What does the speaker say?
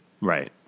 Right